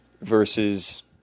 versus